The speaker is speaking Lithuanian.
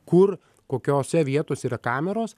kur kokiose vietose yra kameros